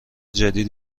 جدید